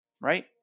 right